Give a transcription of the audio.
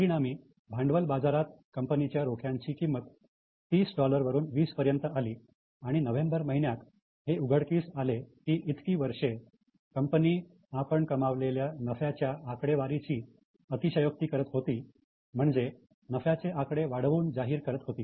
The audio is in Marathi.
परिणामी भांडवल बाजारात कंपनीच्या रोख्यांची किंमत 30 वरून 20 पर्यंत आली आणि नोव्हेंबर महिन्यात हे उघडकीस आले की इतकी वर्षे कंपनी आपण कमावलेल्या नफ्याच्या आकडेवारीची अतिशयोक्ती करत होती म्हणजे नफ्याचे आकडे वाढवून जाहीर करत होती